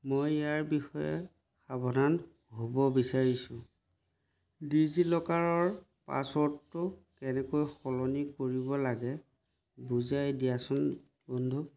মই ইয়াৰ বিষয়ে সাৱধান হ'ব বিচাৰিছোঁ ডিজিলকাৰৰ পাছৱৰ্ডটো কেনেকৈ সলনি কৰিব লাগে বুজাই দিয়াচোন বন্ধু